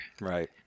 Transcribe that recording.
Right